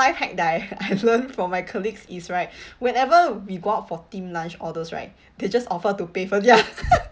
one hack that I I've learnt from my colleagues is right whenever we go out for team lunch all those right they just offer to pay for their